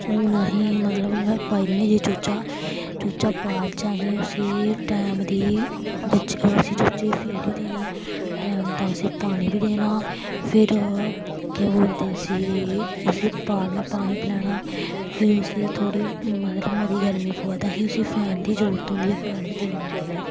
हून आहीं मतलब पाई ओड़नें चूचा चूचा पालचै आहीं उस्सी टैम दी ब उस्सी चूचे गी फीड बी देनी टैम दा उस्सी पानी बी देना फिर केह् बोलदे उस्सी उस्सी पालना पानी पलैना फिर उस्सी थोह्ड़ी मतलब मती गर्मी पवै ते आहीं उस्सी फैन दी जरूरत होंदी ऐ फैन बी देने पौंदे ऐ